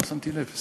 לא שמתי לב.